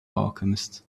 alchemist